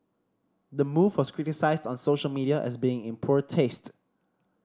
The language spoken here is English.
the move was criticised on social media as being in poor taste